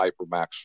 hypermax